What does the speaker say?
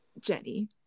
Jenny